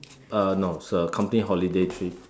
uh no it's a company holiday trip